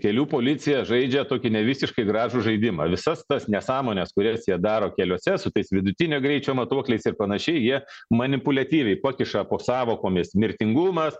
kelių policija žaidžia tokį ne visiškai gražų žaidimą visas tas nesąmones kurias jie daro keliuose su tais vidutinio greičio matuokliais ir panašiai jie manipuliatyviai pakiša po sąvokomis mirtingumas